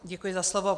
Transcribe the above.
Děkuji za slovo.